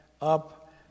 up